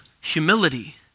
humility